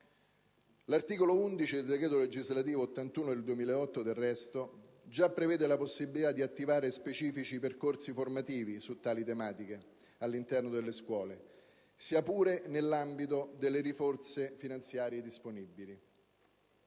L'articolo 11 del decreto legislativo n. 81 del 2008, del resto, già prevede la possibilità di attivare specifici percorsi formativi su tali tematiche all'interno delle scuole, sia pure nell'ambito delle risorse finanziarie disponibili.